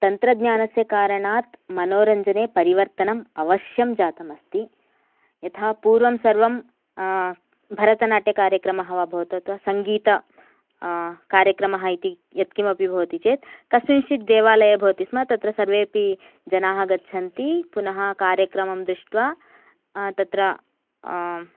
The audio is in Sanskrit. तन्त्रज्ञानस्य कारणात् मनोरञ्जने परिवर्तनम् अवश्यं जातम् अस्ति यथा पूर्वं सर्वं भरतनाट्यकार्यक्रमः वा भवतु अथवा सङ्गीत कार्यक्रमः इति यत् किमपि भवति चेत् कस्मिञ्श्चित् देवालयः भवति स्म तत्र सर्वे अपि जनाः गच्छन्ति पुनः कार्यक्रमं दृष्ट्वा तत्र